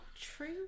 true